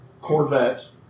Corvette